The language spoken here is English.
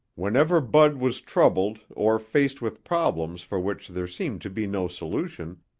whenever bud was troubled or faced with problems for which there seemed to be no solution,